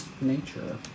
Nature